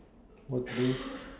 what to do